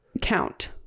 count